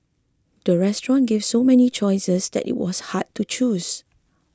the restaurant gave so many choices that it was hard to choose